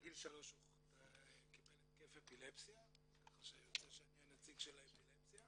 בגיל שלוש הוא קיבל אפילפסיה אז ככה שיוצא שאני הנציג של האפילפסיה.